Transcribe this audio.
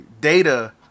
data